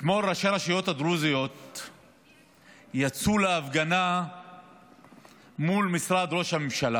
אתמול ראשי הרשויות הדרוזיות יצאו להפגנה מול משרד ראש הממשלה.